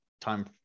time